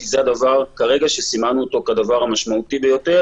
כי זה הדבר שסימנו אותנו כרגע כדבר המשמעותי ביותר,